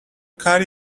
carry